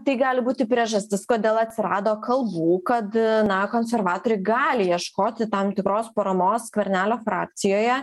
tai gali būti priežastis kodėl atsirado kalbų kad na konservatoriai gali ieškoti tam tikros paramos skvernelio frakcijoje